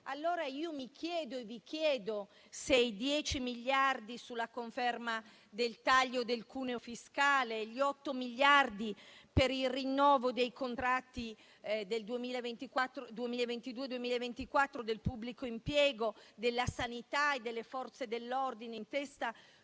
Allora mi chiedo - e vi chiedo - se i 10 miliardi sulla conferma del taglio del cuneo fiscale e gli otto miliardi per il rinnovo dei contratti del 2022-2024 del pubblico impiego, della sanità e delle Forze dell'ordine in testa